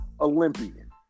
Olympian